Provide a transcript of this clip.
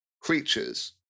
creatures